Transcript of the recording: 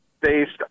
based